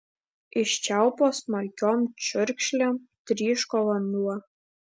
iš čiaupo smarkiom čiurkšlėm tryško vanduo